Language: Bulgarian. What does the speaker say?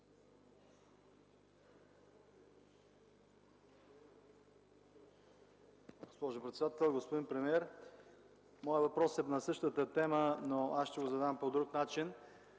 господин премиер! Моят въпрос е на същата тема, но аз ще го задам по друг начин.